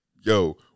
Yo